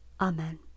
amen